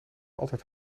altijd